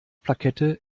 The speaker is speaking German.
plakette